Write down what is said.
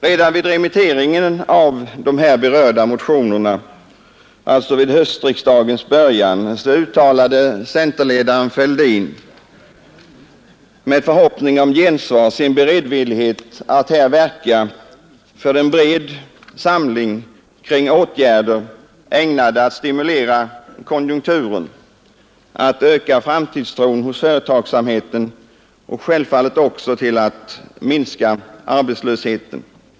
Redan vid remitteringen av de här berörda motionerna, alltså vid höstriksdagens början, uttalade centerledaren herr Fälldin, med förhoppning om gensvar, sin beredvillighet att verka för en bred samling kring åtgärder ägnade att stimulera konjunkturen, att öka framtidstron hos företagsamheten och självfallet också att minska arbetslösheten.